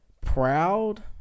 proud